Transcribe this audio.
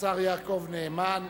השר יעקב נאמן,